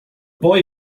boy